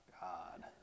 God